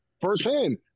firsthand